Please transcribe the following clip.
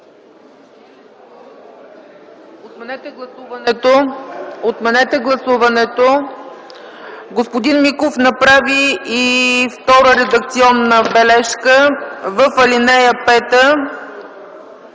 Отменете гласуването. Господин Миков направи и втора редакционна бележка в ал. 5: